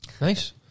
Nice